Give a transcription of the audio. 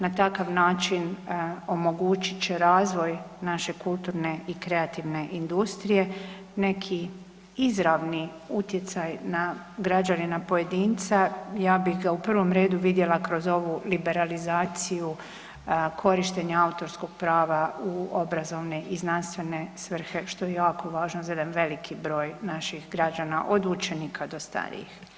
Na takav način omogućit će razvoj naše kulturne i kreativne industrije, neki izravni utjecaj na građanina pojedinca, ja bih ga u prvom redu vidjela kroz ovu liberalizaciju korištenja autorskog prava u obrazovne i znanstvene svrhe, što je jako važno za jedan veliki broj naših građana, od učenika do starijih.